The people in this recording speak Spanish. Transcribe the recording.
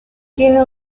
tiene